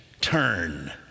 turn